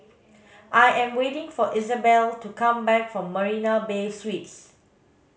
I am waiting for Izabelle to come back from Marina Bay Suites